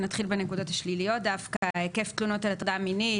נתחיל בנקודות השליליות דווקא: היקף תלונות על הטרדה מינית.